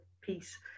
piece